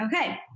Okay